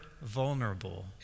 vulnerable